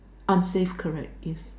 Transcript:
unsafe correct yes